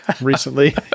recently